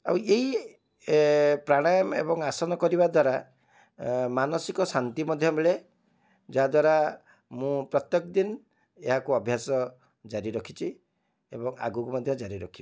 ଆଉ ଏଇ ପ୍ରାଣାୟାମ ଏବଂ ଆସନ କରିବା ଦ୍ଵାରା ମାନସିକ ଶାନ୍ତି ମଧ୍ୟ ମିଳେ ଯାହା ଦ୍ଵାରା ମୁଁ ପ୍ରତ୍ୟେକ ଦିନ ଏହାକୁ ଅଭ୍ୟାସ ଜାରି ରଖିଛି ଏବଂ ଆଗକୁ ମଧ୍ୟ ଜାରି ରଖିବି